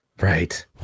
Right